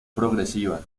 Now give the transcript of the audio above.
progresiva